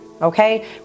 okay